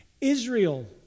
Israel